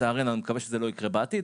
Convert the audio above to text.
לצערנו אני מקווה שזה לא יקרה בעתיד,